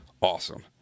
awesome